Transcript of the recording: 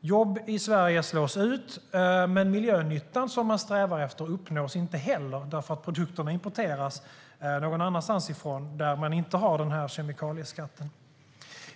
jobb i Sverige slås ut men att miljönyttan som man strävar efter inte heller uppnås därför att produkterna importeras någon annanstans ifrån där man inte har denna kemikalieskatt.